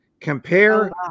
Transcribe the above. Compare